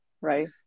right